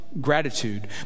gratitude